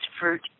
fruit